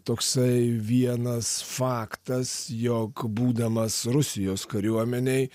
toksai vienas faktas jog būdamas rusijos kariuomenėj